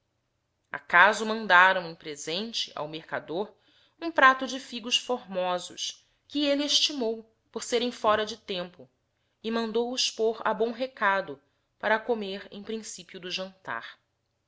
acaso mandarão em presente ao mercador hum prato de figos formosos que elle estimou por serem fora de tempo e mandou os pôr a bom recado para comer em principio do jantar